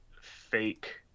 fake